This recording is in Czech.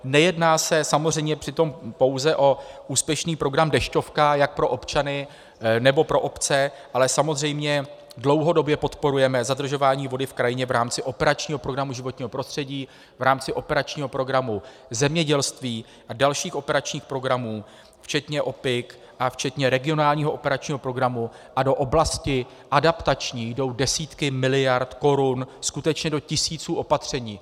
Nejedná se samozřejmě přitom pouze o úspěšný program Dešťovka jak pro občany nebo pro obce, ale samozřejmě dlouhodobě podporujeme zadržování vody v krajině v rámci operačního programu Životní prostředí, v rámci operačního programu Zemědělství a dalších operačních programů včetně OP PIK a včetně regionálního operačního programu a do oblasti adaptační jdou desítky miliard korun do skutečně tisíců opatření.